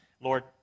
Lord